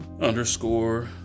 underscore